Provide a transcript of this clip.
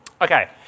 Okay